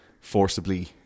forcibly